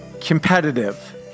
competitive